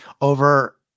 Over